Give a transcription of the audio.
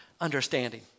understanding